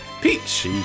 peach